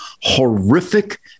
horrific